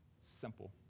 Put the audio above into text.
Simple